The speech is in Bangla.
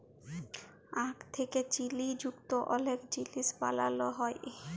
আখ থ্যাকে চিলি যুক্ত অলেক জিলিস বালালো হ্যয়